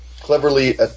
cleverly